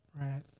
Right